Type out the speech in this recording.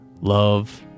Love